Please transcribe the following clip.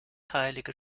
heilige